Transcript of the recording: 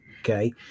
okay